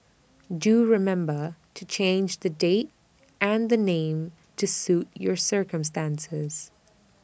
do remember to change the date and the name to suit your circumstances